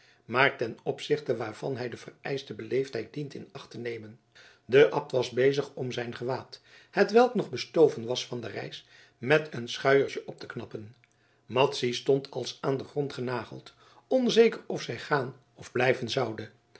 maar ten opzichte waarvan hij de vereischte beleefdheid dient in acht te nemen de abt was bezig om zijn gewaad hetwelk nog bestoven was van de reis met een schuiertje op te knappen madzy stond als aan den grond genageld onzeker of zij gaan of blijven zoude